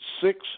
six